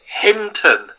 Hinton